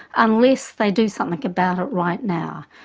unless they do something like about it right now.